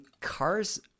cars